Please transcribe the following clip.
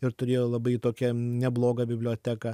ir turėjo labai tokią neblogą biblioteką